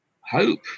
hope